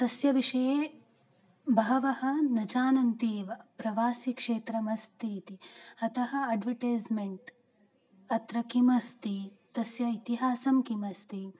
तस्य विषये बहवः न जानन्ति एव प्रवासीक्षेत्रमस्ति इति अतः अद्वटैस्मेण्ट् अत्र किमस्ति तस्य इतिहासं किमस्ति